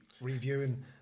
reviewing